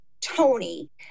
Tony